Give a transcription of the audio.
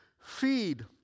feed